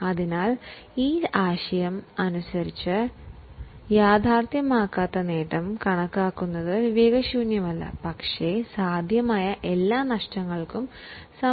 അതിനാൽ ഈ ആശയം അനുസരിച്ച് യഥാർഥ്യമാകാത്ത നേട്ടം ഒരു കാരണവശാലും കണക്കുകളിൽ ഉൾപ്പടുത്തുന്നില്ലായെന്നു ഉറപ്പു വരുത്തേണ്ടതാണ് പക്ഷേ സാധ്യമായ എല്ലാ നഷ്ടങ്ങൾക്കും ജാഗ്രത പാലിക്കേണ്ടതുമാണ്